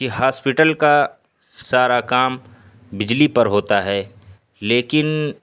کہ ہاسپیٹل کا سارا کام بجلی پر ہوتا ہے لیکن